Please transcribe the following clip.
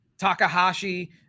Takahashi